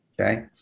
okay